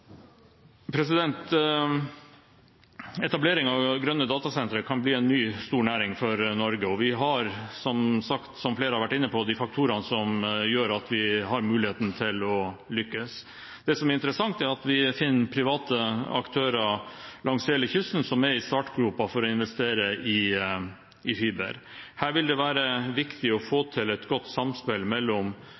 ny stor næring for Norge, og vi har – som flere har vært inne på – de faktorene som gjør at vi har muligheten til å lykkes. Det som er interessant, er at vi finner private aktører langs hele kysten som er i startgropen for å investere i fiber. Her vil det være viktig å få til et godt samspill mellom